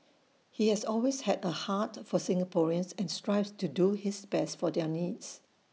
he has always had A heart for Singaporeans and strives to do his best for their needs